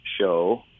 show